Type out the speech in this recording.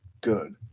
good